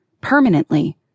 permanently